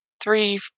three